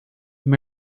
have